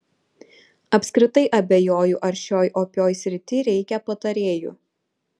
apskritai abejoju ar šioj opioj srity reikia patarėjų